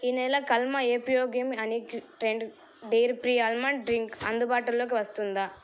ఈ నెల కల్మా ఎపిఒగిమ్ అనే trend dairy free almond drink అందుబాటులోకి వస్తుందా